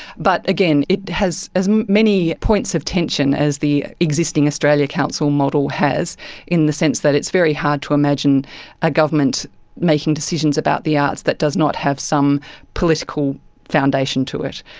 but again, it has as many points of tension as the existing australian council model has in the sense that it's very hard to imagine a government making decisions about the arts that does not have some political foundation to it.